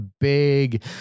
big